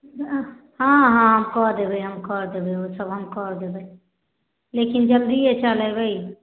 हँ हँ हम कऽ देबै हम कऽ देबै ओ सब हम कऽ देबै लेकिन जल्दीए चल एबै